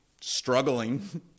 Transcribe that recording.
struggling